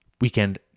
Weekend